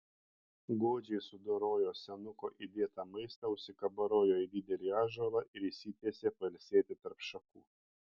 godžiai sudorojo senuko įdėtą maistą užsikabarojo į didelį ąžuolą ir išsitiesė pailsėti tarp šakų